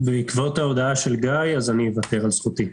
בעקבות ההודעה של גיא אני מוותר על זכותי.